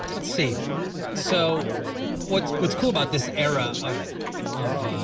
let's see so what's what's cool about this era of of